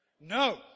No